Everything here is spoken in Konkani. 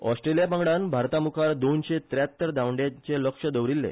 ऑस्ट्रेलिया पंगडान भारतामुखार दोनशे त्यात्तर धांवड्यांचे लक्ष दवरिल्ले